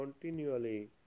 continually